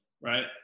Right